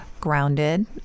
grounded